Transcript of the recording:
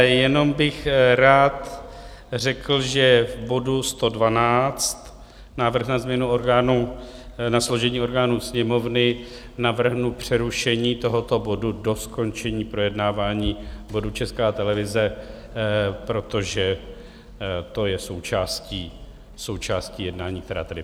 Jenom bych rád řekl, že v bodu 112, Návrh na změnu orgánů, na složení orgánů Sněmovny, navrhnu přerušení tohoto bodu do skončení projednávání bodu Česká televize, protože to je součástí jednání, která tedy probíhají.